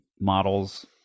models